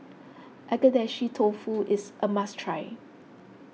Agedashi Dofu is a must try